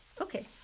Okay